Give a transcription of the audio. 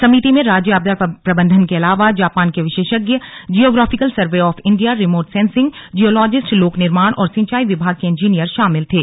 समिति में राज्य आपदा प्रबंधन के अलावा जापान के विशेषज्ञ geographical survey of India remote sensing geologist लोक निर्माण और सिंचाई विभाग के इंजीनियर शामिल थे